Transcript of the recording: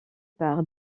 par